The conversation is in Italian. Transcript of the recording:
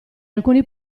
alcuni